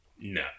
No